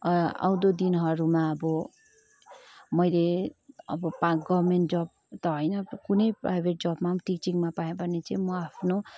आउँदो दिनहरूमा अब मैले अब गभर्मेन्ट जब त होइन कुनै प्राइभेट जबमा पनि टिचिङमा पाएँ भने चाहिँ म आफ्नो